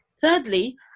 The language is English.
Thirdly